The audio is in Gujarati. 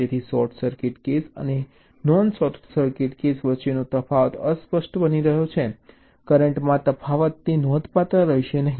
તેથી શોર્ટ સર્કિટ કેસ અને નોન શોર્ટ સર્કિટ કેસ વચ્ચેનો તફાવત અસ્પષ્ટ બની રહ્યો છે કરંટમાં તફાવત તે નોંધપાત્ર રહેશે નહીં